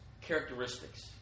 characteristics